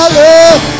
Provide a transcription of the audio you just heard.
love